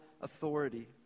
authority